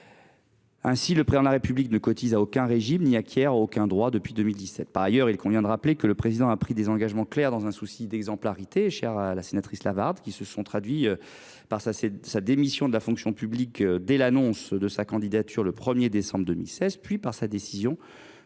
Ainsi, le Président de la République ne cotise à aucun régime et n’acquiert à aucun droit à retraite depuis 2017. Par ailleurs, il convient de rappeler que le Président a pris des engagements clairs dans un souci d’exemplarité – chère à la sénatrice Lavarde –, qui se sont traduits par sa démission de la fonction publique dès l’annonce de sa candidature le 1 décembre 2016, puis par sa décision